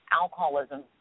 alcoholism